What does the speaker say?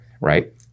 right